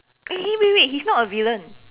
eh eh wait wait he is not a villain